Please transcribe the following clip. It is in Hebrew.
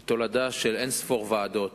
היא תולדה של אין-ספור ועדות